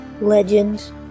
Legends